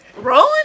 rolling